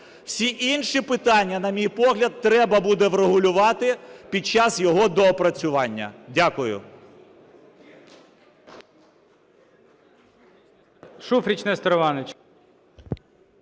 Всі інші питання, на мій погляд, треба буде врегулювати під час його доопрацювання. Дякую.